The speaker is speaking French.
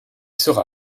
sera